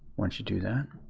once you do that,